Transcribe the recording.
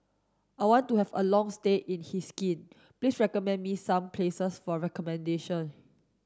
I want to have a long stay in Helsinki please recommend me some places for accommodation